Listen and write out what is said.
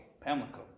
Pamlico